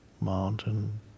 mountain